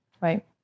Right